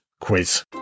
quiz